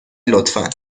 لطفا